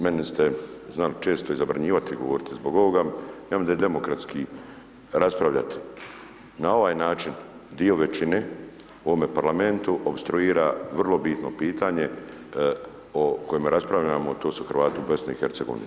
Meni ste znali često zabranjivati govoriti zbog ovoga, ja mislim da je demokratski raspravljati, na ovaj način dio većine u ovome Parlamentu opstruira vrlo bitno pitanje o kome raspravljamo a to su Hrvati u BiH-u.